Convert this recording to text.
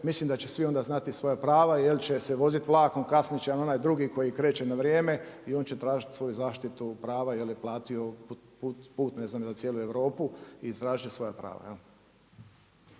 mislim da će svi onda znati svoja prava jer će se voziti vlakom, kasniti će na onaj drugi koji kreće na vrijeme i on će tražiti svoju zaštitu prava jer je platio put, ne znam cijelu Europu i tražiti će svoja prava.